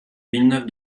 villeneuve